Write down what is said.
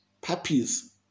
puppies